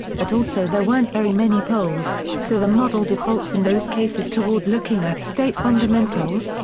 but also there weren't very many polls, so the model defaults in those cases toward looking at state fundamentals,